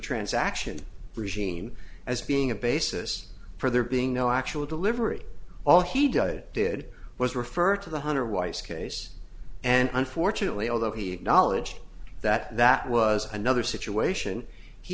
transaction regime as being a basis for there being no actual delivery all he did did was refer to the hunter weiss case and unfortunately although he acknowledged that that was another situation he